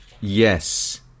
Yes